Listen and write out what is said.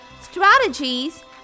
strategies